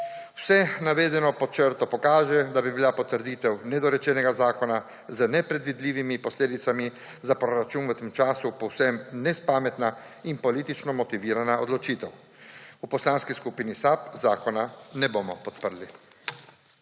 Vse navedeno pod črto pokaže, da bi bila potrditev nedorečenega zakona z nepredvidljivimi posledicami za proračun v tem času povsem nespametna in politično motivirana odločitev. V Poslanski skupini SAB zakona ne bomo podprli.